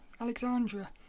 Alexandra